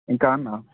ఇంకా అన్న